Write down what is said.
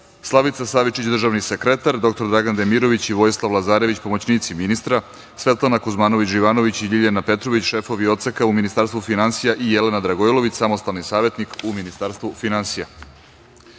Slavica Savičić, državni sekretar, dr Dragan Demirović i Vojislav Lazarević, pomoćnici ministra, Svetlana Kuzmanović - Živanović i Ljiljana Petrović, šefovi odseka u Ministarstvu finansija i Jelena Dragojlović, samostalni savetnik u Ministarstvu finansija. Primili